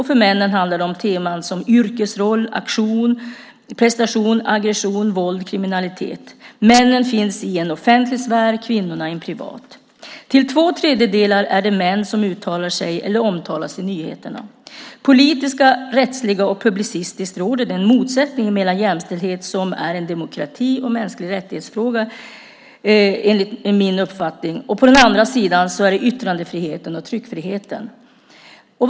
För männen handlar det om teman som yrkesroller, aktion, prestation, aggression, våld och kriminalitet. Männen finns i en offentlig sfär, kvinnorna i en privat. Till två tredjedelar är det män som uttalar sig eller omtalas i nyheterna. Politiskt, rättsligt och publicistiskt råder en motsättning mellan jämställdhet, som enligt min uppfattning är en fråga om demokrati och mänskliga rättigheter, å ena sidan och yttrandefriheten och tryckfriheten å den andra.